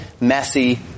messy